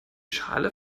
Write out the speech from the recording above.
schale